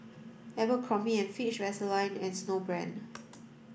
Abercrombie and Fitch Vaseline and Snowbrand